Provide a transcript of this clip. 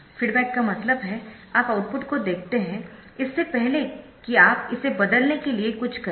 feedback का मतलब है आप आउटपुट को देखते है इससे पहले कि आप इसे बदलने के लिए कुछ करें